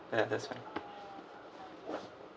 ya that's fine ya